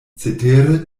cetere